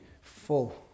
full